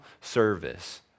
service